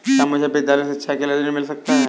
क्या मुझे विद्यालय शिक्षा के लिए ऋण मिल सकता है?